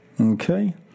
Okay